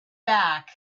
back